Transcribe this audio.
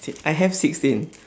si~ I have sixteen